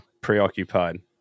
preoccupied